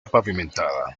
pavimentada